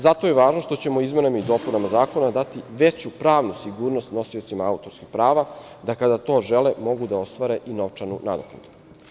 Zato je važno što ćemo izmenama i dopunama zakona dati veću pravnu sigurnost nosiocima autorskih prava, da kada to žele mogu da ostvare i novčanu nadoknadu.